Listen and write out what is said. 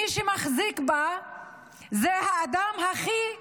מי שמחזיק בה זה האדם הכי נכשל,